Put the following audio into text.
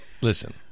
Listen